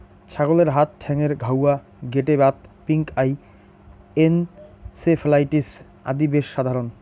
ছাগলের হাত ঠ্যাঙ্গের ঘাউয়া, গেটে বাত, পিঙ্ক আই, এনসেফালাইটিস আদি বেশ সাধারণ